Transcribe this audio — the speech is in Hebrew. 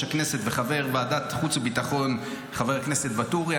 הכנסת וחבר ועדת חוץ וביטחון חבר הכנסת ואטורי.